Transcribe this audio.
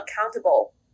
accountable